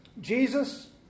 Jesus